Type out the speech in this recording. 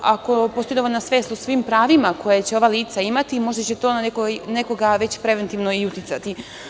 Ako postoji dovoljna svest o svim pravima koja će ova lica imati, možda će to na nekoga preventivno uticati.